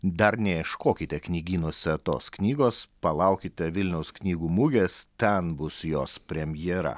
dar neieškokite knygynuose tos knygos palaukite vilniaus knygų mugės ten bus jos premjera